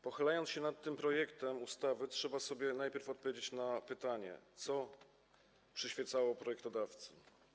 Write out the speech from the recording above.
Pochylając się nad tym projektem ustawy trzeba sobie najpierw odpowiedzieć na pytanie: Co przyświecało projektodawcy?